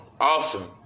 awesome